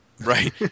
Right